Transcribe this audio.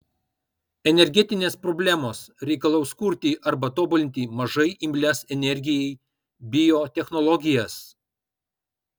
energetinės problemos reikalaus kurti arba tobulinti mažai imlias energijai biotechnologijas